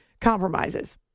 compromises